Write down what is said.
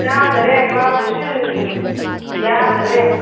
ꯌꯥꯗ꯭ꯔꯦ ꯀ꯭ꯂꯥꯁꯇꯥꯁꯨ ꯌꯥꯗ꯭ꯔꯦ